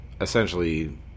essentially